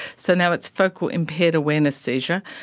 so now it's focal impaired awareness seizure.